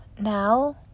Now